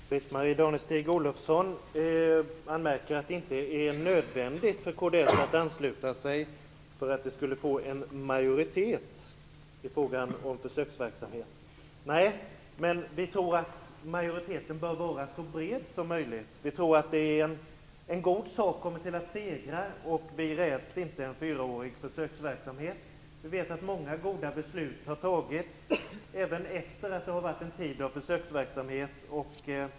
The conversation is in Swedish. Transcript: Herr talman! Britt-Marie Danestig-Olofsson anmärkte att det inte är nödvändigt för kds att ansluta sig för att det skulle bli en majoritet i frågan om försöksverksamhet. Nej, men vi tror att majoriteten bör vara så bred som möjligt. Vi tror att det är en god sak som kommer att segra. Vi räds inte en fyraårig försöksverksamhet. Vi vet att många goda beslut har fattats även efter en tid av försöksverksamhet.